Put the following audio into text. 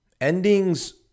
Endings